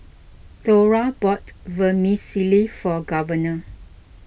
Thora bought Vermicelli for Governor